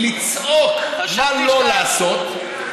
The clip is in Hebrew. הוא לצעוק מה לא לעשות,